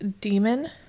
demon